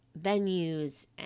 venues